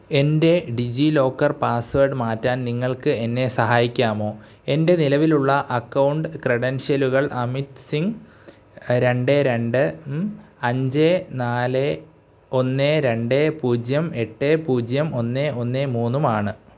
എൻ്റെ DigiLocker password മാറ്റാൻ നിങ്ങൾക്ക് എന്നെ സഹായിക്കാമോ എൻ്റെ നിലവിലുള്ള അക്കൗണ്ട് ക്രെഡൻഷ്യലുകൾ അമിത് സിംഗ് രണ്ട് രണ്ട് അഞ്ച് നാല് ഒന്ന് രണ്ട് പൂജ്യം എട്ട് പൂജ്യം ഒന്ന് ഒന്ന് മൂന്നുമാണ്